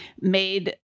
made